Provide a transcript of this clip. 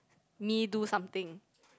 me do something